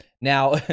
now